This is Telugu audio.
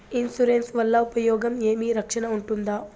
ఇన్సూరెన్సు వల్ల ఉపయోగం ఏమి? రక్షణ ఉంటుందా?